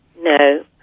No